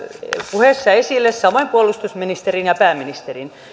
puheessa esille samoin puolustusministerin ja pääministerin